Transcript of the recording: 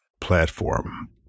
platform